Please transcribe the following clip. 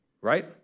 Right